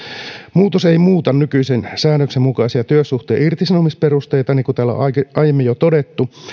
muutos ei muuta nykyisen säännöksen mukaisia työsuhteen irtisanomisperusteita niin kuin täällä on aiemmin jo todettu